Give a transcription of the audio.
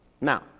Now